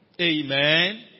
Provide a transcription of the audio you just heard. Amen